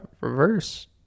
reverse